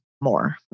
more